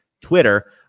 Twitter